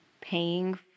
paying